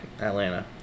Atlanta